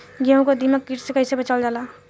गेहूँ को दिमक किट से कइसे बचावल जाला?